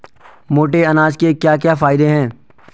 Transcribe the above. मोटे अनाज के क्या क्या फायदे हैं?